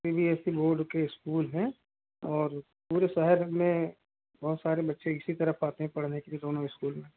सी B S E board के school हैं और पूरे शहर में बहुत सारे बच्चे इसी तरह पढ़ते हैं पढ़ने के लिए दोनों स्कूल में